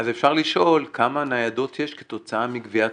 אז אפשר לשאול כמה ניידות יש כתוצאה מגביית